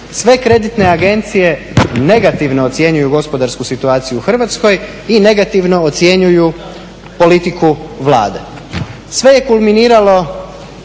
sve kreditne agencije negativno ocjenjuju gospodarsku situaciju u Hrvatskoj i negativno ocjenjuju politiku Vlade? Sve je kulminiralo